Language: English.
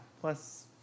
plus